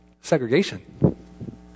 Segregation